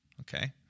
okay